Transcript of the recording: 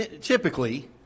Typically